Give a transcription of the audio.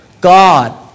God